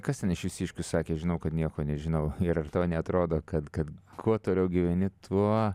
kas ten iš jūsiškių sakė žinau kad nieko nežinau ir ar tau neatrodo kad kad kuo toliau gyveni tuo